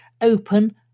open